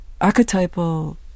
archetypal